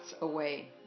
away